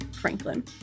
Franklin